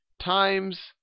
times